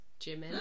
Jimin